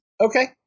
Okay